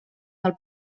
del